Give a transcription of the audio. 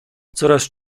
coraz